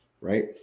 right